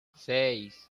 seis